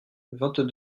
vingt